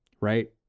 right